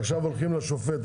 עכשיו זה מתבטל.